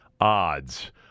odds